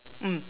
mm